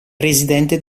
presidente